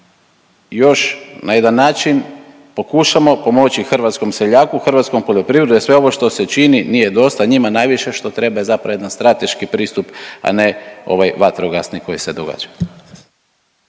da još na jedan način pokušamo pomoći hrvatskom seljaku, hrvatskom poljoprivredu jer sve ovo što se čini nije dosta, njima najviše što treba je zapravo jedan strateški pristup, a ne ovaj vatrogasni koji se događa.